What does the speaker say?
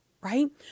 Right